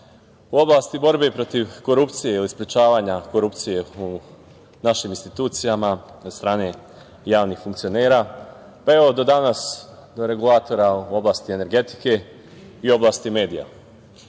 u oblasti borbe i protiv korupcije ili sprečavanja korupcije u našim institucijama od strane javnih funkcionera, pa evo do danas do regulatora u oblasti energetike i oblasti medija. Imamo